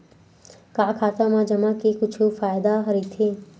का खाता मा जमा के कुछु फ़ायदा राइथे?